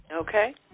Okay